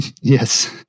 yes